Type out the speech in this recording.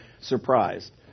surprised